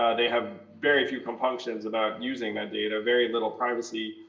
they have very few compunctions about using that data. very little privacy.